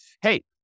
hey